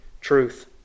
truth